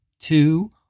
two